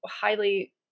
highly